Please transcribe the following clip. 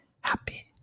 Happy